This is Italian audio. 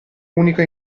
unico